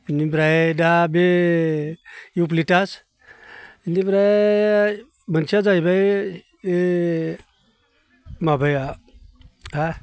बिनिफ्राय दा बे इउकेलिप्टास इनिफ्राय मोनसेया जाहैबाय ओइ माबाया ओ